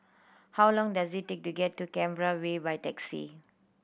how long does it take to get to Canberra Way by taxi